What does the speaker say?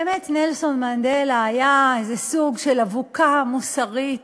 באמת נלסון מנדלה היה איזה סוג של אבוקה מוסרית